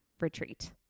retreat